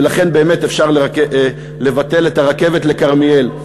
ולכן באמת אפשר לבטל את הרכבת לכרמיאל.